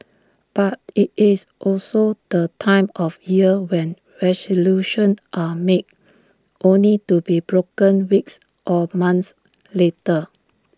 but IT is also the time of year when resolutions are made only to be broken weeks or months later